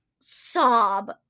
sob